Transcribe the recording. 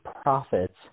profits